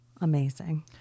amazing